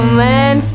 man